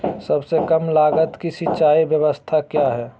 सबसे कम लगत की सिंचाई ब्यास्ता क्या है?